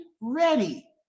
ready